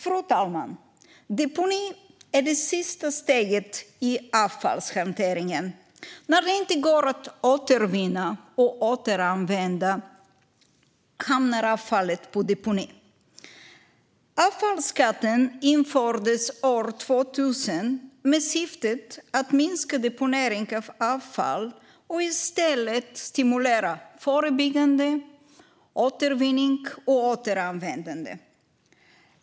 Fru talman! Deponi är det sista steget i avfallshanteringen. När det inte går att återvinna och återanvända hamnar avfallet på deponi. Avfallsskatten infördes år 2000 med syftet att minska deponeringen av avfall och i stället stimulera förebyggande, återvinning och återanvändande.